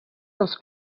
dels